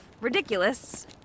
ridiculous